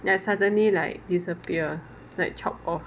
then suddenly like disappear like chop off